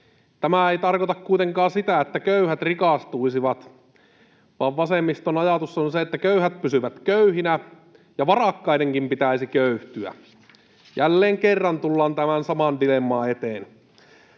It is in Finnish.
Tämä ei tarkoita kuitenkaan sitä, että köyhät rikastuisivat, vaan vasemmiston ajatus on, että köyhät pysyvät köyhinä ja varakkaidenkin pitäisi köyhtyä. Jälleen kerran tullaan tämän saman dilemman eteen.